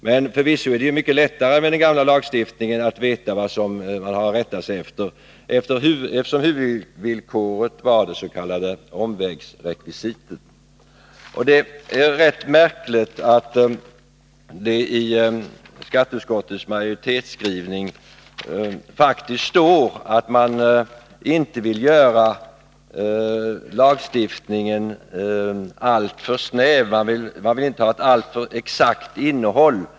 Men förvisso är det mycket lättare med den gamla lagstiftningen att veta vad man har att rätta sig efter, eftersom huvudvillkoret är det s.k. omvägsrekvisitet. Det är rätt märkligt att det i skatteutskottets majoritetsskrivning faktiskt står att man inte vill göra lagstiftningen alltför snäv. Man vill inte ha ett alltför exakt innehåll.